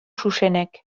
xuxenek